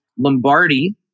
Lombardi